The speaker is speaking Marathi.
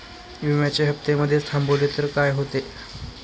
विम्याचे हफ्ते मधेच थांबवले तर काय होते?